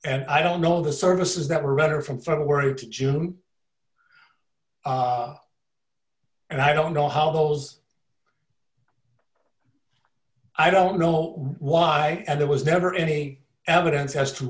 and i don't know the services that were better from february to june and i don't know how those i don't know why and there was never any evidence as to